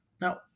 Now